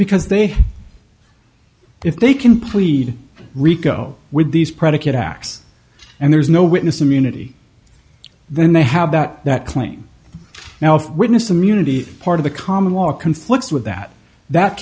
because they have if they can plead rico with these predicate acts and there's no witness immunity then they have that that claim now if witness immunity part of the common law conflicts with that that